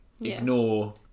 Ignore